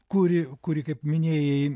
kuri kuri kaip minėjai